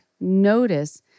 notice